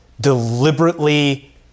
deliberately